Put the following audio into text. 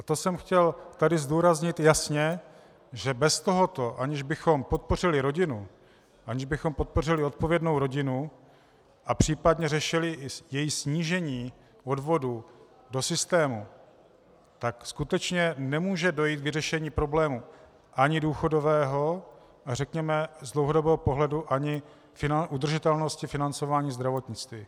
To jsem chtěl tady zdůraznit jasně, že bez tohoto, aniž bychom podpořili rodinu, aniž bychom podpořili odpovědnou rodinu a případě řešili i její snížení odvodů do systému, tak skutečně nemůže dojít k vyřešení problému ani důchodového, a řekněme z dlouhodobého pohledu, ani udržitelnosti financování zdravotnictví.